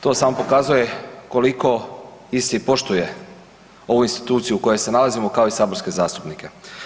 To samo pokazuje koliko isti poštuje ovu instituciju u kojoj se nalazimo kao i saborske zastupnike.